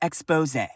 Expose